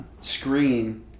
screen